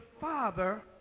Father